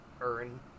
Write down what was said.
earn